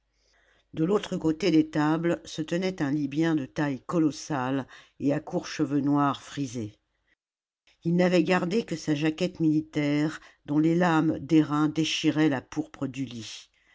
de l'autre côté des tables se tenait un libyen de taille colossale et à courts cheveux noirs frisés ii n'avait gardé que sa jaquette militaire dont les lames d'airain déchiraient la pourpre du lit